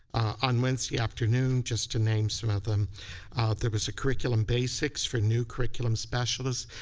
on wednesday afternoon just to name some of them there was a curriculum basics for new curriculum specialists.